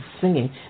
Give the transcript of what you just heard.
singing